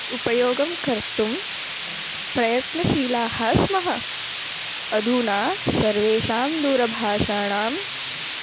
उपयोगं कर्तुं प्रयत्नशीलाः स्मः अधुना सर्वेषां दूरभाषाणां